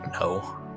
No